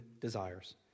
desires